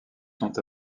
sont